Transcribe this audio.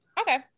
Okay